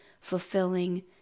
fulfilling